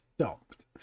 stopped